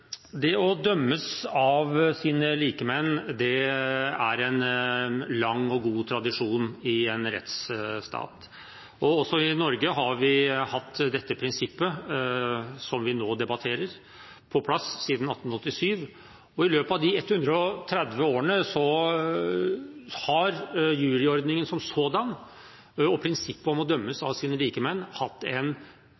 å bli dømt av sine likemenn er en lang og god tradisjon i en rettsstat. Også i Norge har vi hatt dette prinsippet som vi nå debatterer, på plass siden 1887. I løpet av de 130 årene har juryordningen som sådan og prinsippet om å